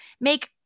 make